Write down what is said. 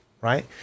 right